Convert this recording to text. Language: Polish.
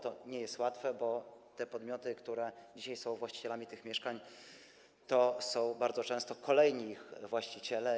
To nie jest łatwe, bo te podmioty, które dzisiaj są właścicielami tych mieszkań, to bardzo często ich kolejni właściciele.